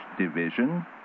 division